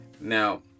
Now